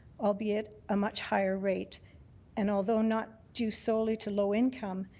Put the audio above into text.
albeit a much higher rate and although not due solely to low income,